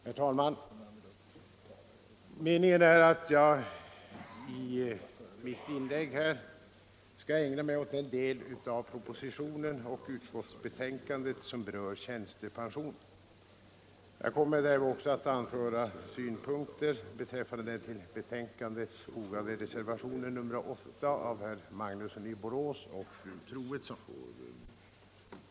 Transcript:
Herr talman! Jag skall i mitt inlägg ägna mig åt den del av propositionen och utskottsbetänkandet som berör tjänstepension. Jag kommer därvid också att anföra synpunkter på den vid betänkandet fogade reservationen 8 av herr Magnusson i Borås och fru Troedsson.